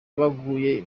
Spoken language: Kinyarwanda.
baguye